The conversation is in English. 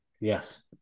Yes